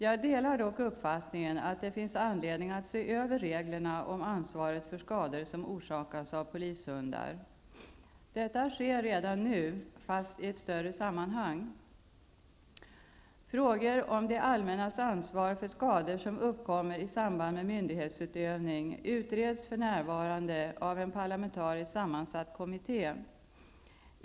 Jag delar dock uppfattningen att det finns anledning att se över reglerna om ansvaret för skador som orsakas av polishundar. Detta sker redan nu, fast i ett större sammanhang. Frågor om det allmännas ansvar för skador som uppkommer i samband med myndighetsutövning utreds för närvarande av en parlamentariskt sammansatt kommitté.